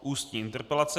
Ústní interpelace